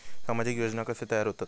सामाजिक योजना कसे तयार होतत?